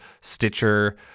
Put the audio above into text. Stitcher